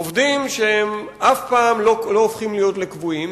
עובדים שאף פעם לא הופכים להיות קבועים,